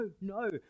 no